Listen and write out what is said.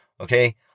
Okay